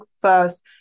first